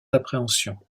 appréhension